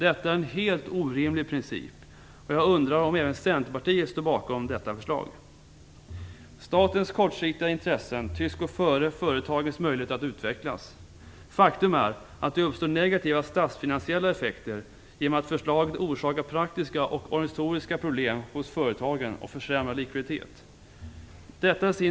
Detta är en helt orimlig princip. Jag undrar om även centerpartiet står bakom detta förslag. Statens kortsiktiga intressen tycks gå före företagens möjligheter att utvecklas. Faktum är att det uppstår negativa statsfinansiella effekter genom att förslaget orsakar praktiska och organisatoriska problem samt försämrad likviditet hos företagen.